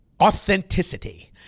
authenticity